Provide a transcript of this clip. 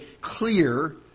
clear